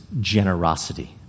generosity